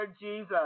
Jesus